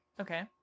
Okay